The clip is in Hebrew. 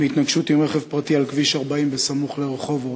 בהתנגשות עם רכב פרטי על כביש 40 סמוך לרחובות,